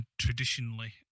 traditionally